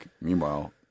Meanwhile